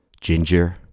ginger